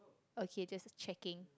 okay just checking